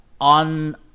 on